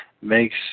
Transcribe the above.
makes